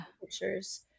pictures